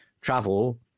travel